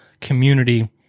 community